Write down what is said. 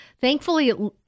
thankfully